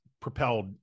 propelled